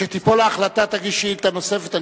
כשתיפול ההחלטה תגיש שאילתא נוספת.